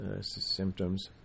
symptoms